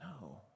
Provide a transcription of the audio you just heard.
No